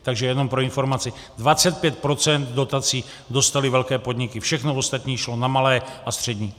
Takže jenom pro informaci, 25 % dotací dostaly velké podniky, všechno ostatní šlo na malé a střední.